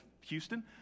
Houston